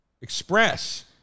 Express